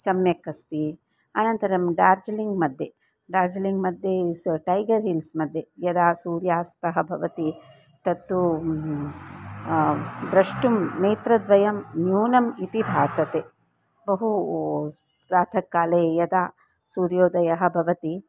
सम्यक् अस्ति अनन्तरं डार्जिलिङ्ग् मध्ये डार्जिलिङ्ग् मध्ये स टैगर् हिल्स् मध्ये यदा सूर्यास्तः भवति तत्तु द्रष्टुं नेत्रद्वयं न्यूनम् इति भासते बहु प्रातःकाले यदा सूर्योदयः भवति